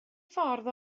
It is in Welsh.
ffordd